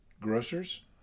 grocers